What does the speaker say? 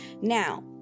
Now